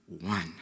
one